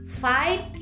fight